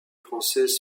française